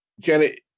janet